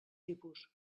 tipus